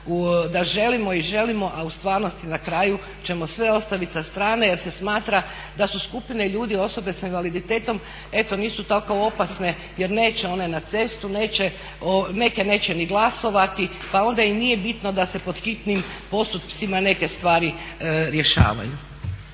da želimo i želimo, a u stvarnosti na kraju ćemo sve ostavit sa strane jer se smatra da su skupine ljudi osobe sa invaliditetom, eto nisu tako opasne jer neće one na cestu, neke neće ni glasovati pa onda i nije bitno da se pod hitnim postupcima neke stvari rješavaju.